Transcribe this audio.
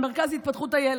למרכז להתפתחות הילד.